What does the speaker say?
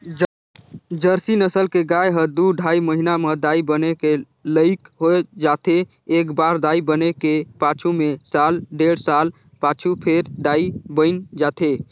Jersey नसल के गाय ह दू ढ़ाई महिना म दाई बने के लइक हो जाथे, एकबार दाई बने के पाछू में साल डेढ़ साल पाछू फेर दाई बइन जाथे